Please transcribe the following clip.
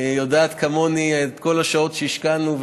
ויודעת כמוני את כל השעות שהשקענו,